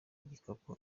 igikapu